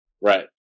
Right